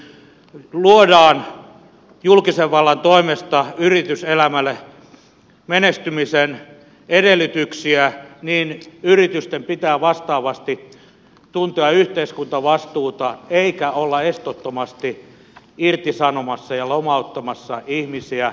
niin paljon kuin luodaan julkisen vallan toimesta yrityselämälle menestymisen edellytyksiä pitää yritysten vastaavasti tuntea yhteiskuntavastuuta eikä olla estottomasti irtisanomassa ja lomauttamassa ihmisiä